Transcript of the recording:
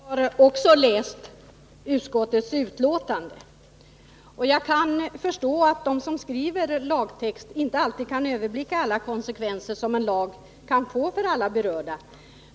Herr talman! Även jag har läst utskottets betänkande. Jag kan förstå att de Onsdagen den som skriver lagtext inte alltid kan överblicka alla de konsekvenser som en lag 5 december 1979 kan få för samtliga berörda.